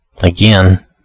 again